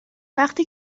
وقتی